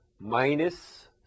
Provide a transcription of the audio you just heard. minus